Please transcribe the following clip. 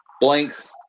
Blank's